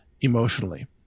emotionally